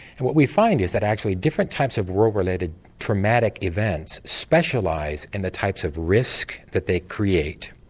and what we find is that actually different types of war related traumatic events specialise in the types of risk that they create.